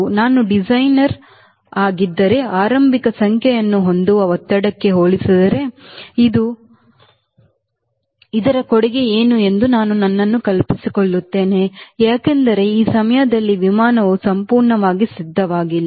ನಾನು ಡಿಸೈನರ್ ಆಗಿದ್ದರೆ ಆರಂಭಿಕ ಸಂಖ್ಯೆಯನ್ನು ಹೊಂದುವ ಒತ್ತಡಕ್ಕೆ ಹೋಲಿಸಿದರೆ ಇದರ ಕೊಡುಗೆ ಏನು ಎಂದು ನಾನು ನನ್ನನ್ನು ಕೇಳಿಕೊಳ್ಳುತ್ತೇನೆ ಏಕೆಂದರೆ ಈ ಸಮಯದಲ್ಲಿ ನನ್ನ ವಿಮಾನವು ಸಂಪೂರ್ಣವಾಗಿ ಸಿದ್ಧವಾಗಿಲ್ಲ